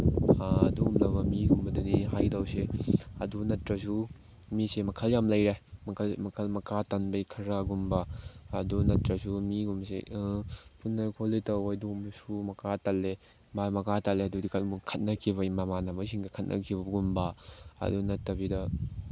ꯑꯗꯨꯒꯨꯝꯂꯕ ꯃꯤꯒꯨꯝꯕꯗꯗꯤ ꯍꯥꯏꯒꯗꯧꯁꯦ ꯑꯗꯨ ꯅꯠꯇ꯭ꯔꯁꯨ ꯃꯤꯁꯦ ꯃꯈꯜ ꯌꯥꯝ ꯂꯩꯔꯦ ꯃꯈꯜ ꯃꯈꯥ ꯇꯟꯕꯒꯤ ꯈꯔꯒꯨꯝꯕ ꯑꯗꯨ ꯅꯠꯇ꯭ꯔꯁꯨ ꯃꯤꯒꯨꯝꯕꯁꯦ ꯄꯨꯟꯗ ꯈꯣꯠꯂꯦ ꯇꯧ ꯑꯗꯨꯒꯨꯝꯕꯁꯨ ꯃꯈꯥ ꯇꯜꯂꯦ ꯃꯥꯏ ꯃꯈꯥ ꯇꯜꯂꯦ ꯑꯗꯨꯗꯤ ꯀꯩꯒꯨꯝꯕ ꯈꯠꯅꯈꯤꯕ ꯃꯃꯥꯟꯅꯕꯁꯤꯡꯒ ꯈꯠꯅꯈꯤꯕꯒꯨꯝꯕ ꯑꯗꯨ ꯅꯠꯇꯕꯤꯗ